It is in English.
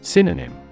Synonym